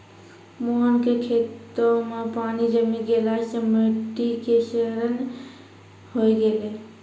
मोहन के खेतो मॅ पानी जमी गेला सॅ मिट्टी के क्षरण होय गेलै